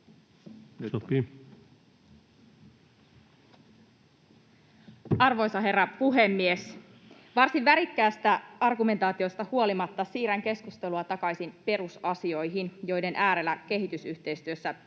Arvoisa herra puhemies! Varsin värikkäästä argumentaatiosta huolimatta siirrän keskustelua takaisin perusasioihin, joiden äärellä kehitysyhteistyössä tulisi